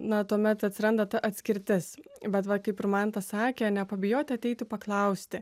na tuomet atsiranda ta atskirtis bet va kaip ir mantas sakė nepabijoti ateiti paklausti